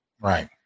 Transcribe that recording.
Right